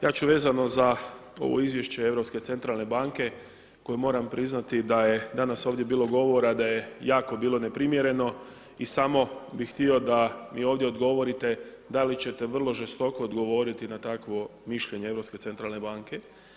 Ja ću vezano za ovo izvješće Europske centralne banke koju moram priznati da je danas ovdje bilo govora da je jako bilo neprimjereno i samo bih htio da mi ovdje odgovorite da li ćete vrlo žestoko odgovoriti na takvo mišljenje Europske centralne banke.